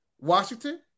Washington